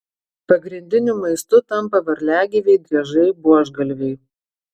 pagrindiniu maistu tampa varliagyviai driežai buožgalviai